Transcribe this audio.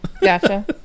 Gotcha